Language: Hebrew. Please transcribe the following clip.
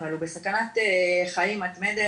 אבל הוא בסכנת חיים מתמדת.